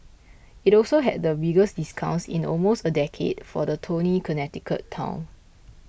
it also had the biggest discounts in almost a decade for the Tony Connecticut town